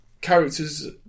characters